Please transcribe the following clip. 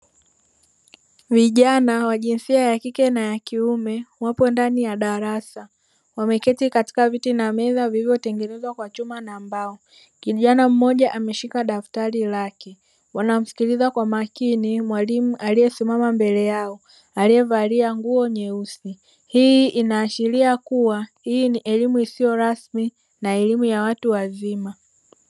Vijana wa jinsia ya kike na yakiume wapo ndani ya darasa wameketi katika viti na meza vilivyo tengenezwa kwa chuma na mbao kijana mmoja ameshika daftari lake wanamsikiliza kwa makini mwalimu aliye simama mbela yao aliye valia nguo nyeusi hii inaashiria kuwa hii ni elimu isiyo rasmi na elimu yawatu wazima.